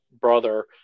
brother